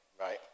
right